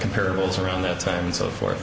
comparables around that time and so forth